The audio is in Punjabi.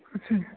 ਅੱਛਾ ਜੀ